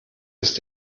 ist